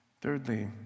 Thirdly